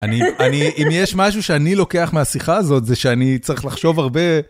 אם יש משהו שאני לוקח מהשיחה הזאת, זה שאני צריך לחשוב הרבה.